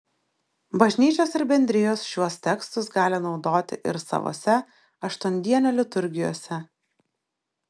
bažnyčios ir bendrijos šiuos tekstus gali naudoti ir savose aštuondienio liturgijose